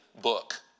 book